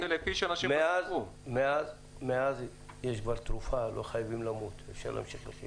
אבל מאז יש כבר תרופה ואפשר להמשיך לחיות.